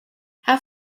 have